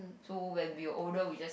so when we were older we just